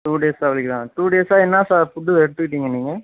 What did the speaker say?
two டேஸ்ஸாக வலிக்கிதா two டேஸ்ஸாக என்ன சார் ஃபுட்டு எடுத்துக்கிட்டிங்க நீங்கள்